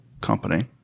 company